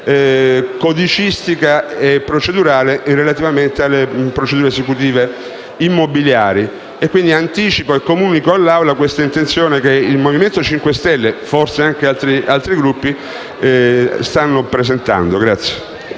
codicistica e procedurale, relativamente alle procedure esecutive immobiliari. Quindi anticipo e comunico all'Aula questa intenzione del Movimento 5 Stelle e forse anche di altri Gruppi.